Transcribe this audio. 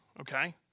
Okay